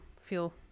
feel